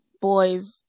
boys